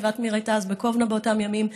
ישיבת מיר הייתה בקובנה באותם ימים,